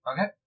Okay